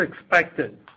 expected